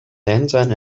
lantern